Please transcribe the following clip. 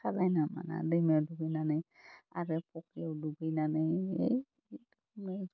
सालाइना माना दैमायाव दुगैनानै आरो फख्रियाव दुगैनानै ओइ